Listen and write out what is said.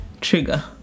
Trigger